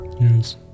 Yes